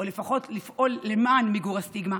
או לפחות לפעול למען מיגור הסטיגמה,